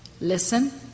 listen